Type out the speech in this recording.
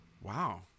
Wow